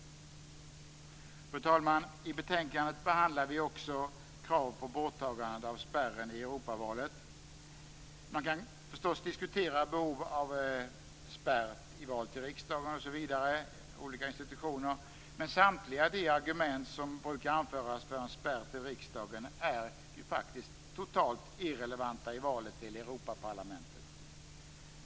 Fru talman! I betänkandet behandlar vi också krav på borttagande av spärren i Europavalet. Man kan förstås diskutera behov av spärr i val till riksdagen och andra institutioner. Men samtliga de argument som brukar anföras för en spärr till riksdagen är faktiskt totalt irrelevanta i valet till Europaparlamentet.